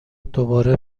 دوباره